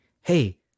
Hey